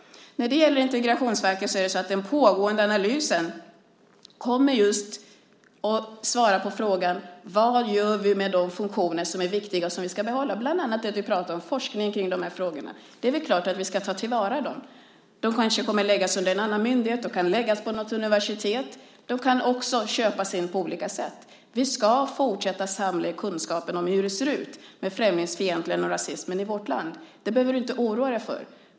När det gäller Integrationsverket kommer den pågående analysen att svara på frågan: Vad gör vi med de funktioner som är viktiga och som vi ska behålla, bland annat det som du talade om, nämligen forskning om dessa frågor? Det är klart att vi ska ta till vara dem. De kanske kommer att läggas under en annan myndighet eller något universitet. De kan också köpas in på olika sätt. Vi ska fortsätta samla in kunskaper om hur det ser ut med främlingsfientligheten och rasismen i vårt land. Det behöver du inte oroa dig för.